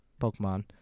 Pokemon